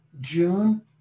June